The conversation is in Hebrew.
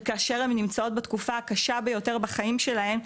וכאשר הן נמצאות בתקופה הקשה ביותר בחיים שלהן,